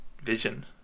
vision